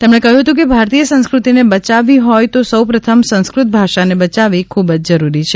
તેમણે કહ્યું હતું કે ભારતીય સંસ્કૃતિને બયાવવી હોય તો સૌ પ્રથમ સંસ્કૃત ભાષાને બયાવવી ખૂબ જરૂરી છે